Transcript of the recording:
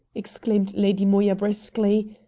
exclaimed lady moya briskly,